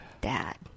dad